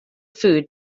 food